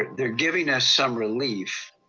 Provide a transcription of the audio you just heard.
they're giving us some relief.